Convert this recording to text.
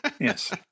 Yes